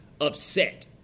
upset